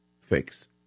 fix